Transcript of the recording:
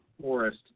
forest